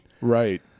right